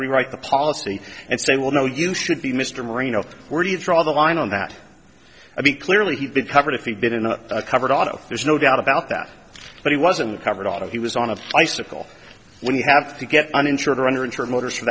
rewrite the policy and say well no you should be mr marino where do you draw the line on that i mean clearly he'd been covered if he'd been in a covered auto there's no doubt about that but he wasn't covered although he was on a bicycle when you have to get uninsured or underinsured motors for